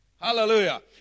Hallelujah